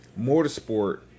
motorsport